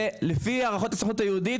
ולפי הערכות הסוכנות היהודית,